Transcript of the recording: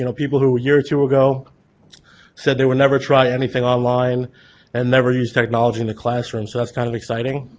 you know people who a year or two ago said they would never try anything online and never use technology in the classroom, so that's kind of exciting.